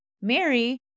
Mary